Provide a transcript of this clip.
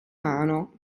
mano